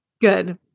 Good